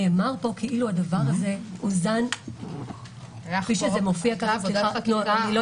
נאמר פה כאילו הדבר הזה הוזן --- היתה חקיקה --- לא הפרעתי.